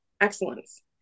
excellence